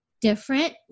different